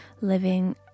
living